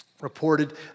reported